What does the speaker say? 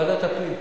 ועדת הפנים.